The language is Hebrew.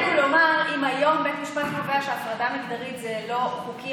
מבחינתנו לומר שאם היום בית המשפט קובע שהפרדה מגדרית זה לא חוקי,